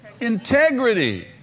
integrity